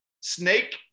snake